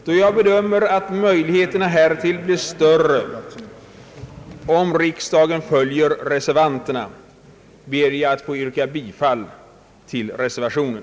Då jag bedömer att möjligheterna härtill blir större om riksdagen följer reservanterna, ber jag att få yrka bifall till reservationen.